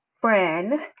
Friend